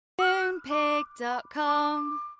Moonpig.com